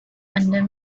under